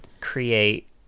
create